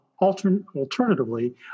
Alternatively